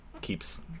keeps